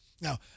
Now